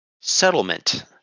settlement